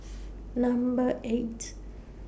Number eight